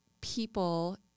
people